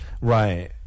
right